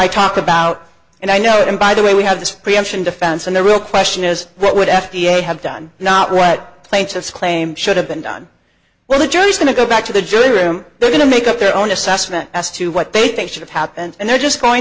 i talk about and i know him by the way we have this preemption defense and the real question is what would f d a have done not what the plaintiffs claim should have been done well the jury's going to go back to the jury room they're going to make up their own assessment as to what they think should have happened and they're just going